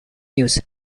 news